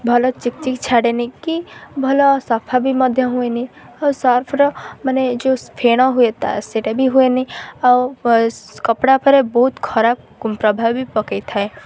ଭଲ ଚିକ୍ ଚିକ୍ ଛାଡ଼େନି କି ଭଲ ସଫା ବି ମଧ୍ୟ ହୁଏନି ଆଉ ସର୍ଫର ମାନେ ଯେଉଁ ଫେଣ ହୁଏ ତା ସେଇଟା ବି ହୁଏନି ଆଉ କପଡ଼ା ପରେ ବହୁତ ଖରାପ ପ୍ରଭାବ ବି ପକାଇଥାଏ